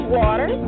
water